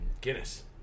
Guinness